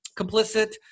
complicit